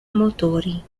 motori